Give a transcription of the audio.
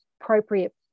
appropriate